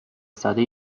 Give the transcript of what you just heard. ساده